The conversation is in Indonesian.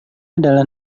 adalah